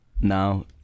now